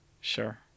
sure